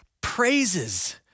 praises